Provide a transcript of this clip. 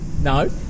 No